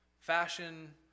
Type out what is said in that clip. fashion